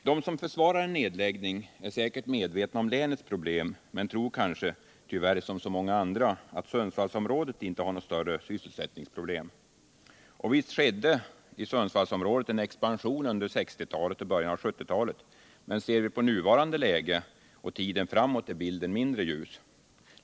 De som försvarar en nedläggning är säkert medvetna om länets problem, men de tror kanske — tyvärr som så många andra — att Sundsvallsområdet inte har några större sysselsättningsproblem. Visst skedde där en expansion under 1960-talet och början av 1970-talet, men ser vi på nuvarande läge och tiden framåt är bilden mindre ljus.